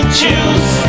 choose